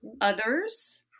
others